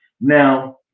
Now